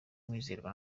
mwizerwa